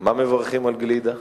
מה מברכים על גלידה?